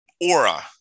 aura